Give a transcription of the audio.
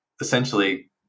essentially